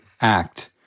act